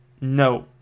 No